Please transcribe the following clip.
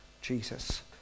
Jesus